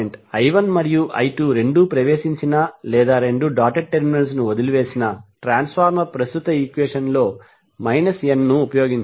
I1 మరియు I2 రెండూ ప్రవేశించినా లేదా రెండూ డాటెడ్ టెర్మినల్స్ ను వదిలివేసినా ట్రాన్స్ఫార్మర్ ప్రస్తుత ఈక్వెషన్ లో n ని ఉపయోగించండి